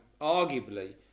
arguably